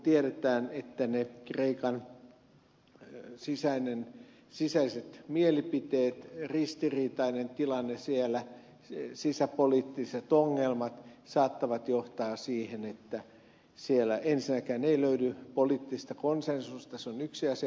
tiedetään että kreikan sisäiset mielipiteet ristiriitainen tilanne siellä sisäpoliittiset ongelmat saattavat johtaa siihen että siellä ensinnäkään ei löydy poliittista konsensusta se on yksi asia